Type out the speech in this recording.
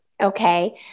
Okay